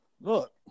Look